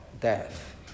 Death